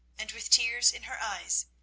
and, with tears in her eyes,